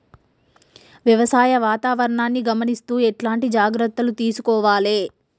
వ్యవసాయ వాతావరణాన్ని గమనిస్తూ ఎట్లాంటి జాగ్రత్తలు తీసుకోవాలే?